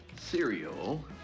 cereal